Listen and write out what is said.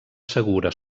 segura